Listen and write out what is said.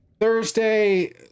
Thursday